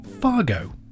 Fargo